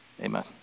Amen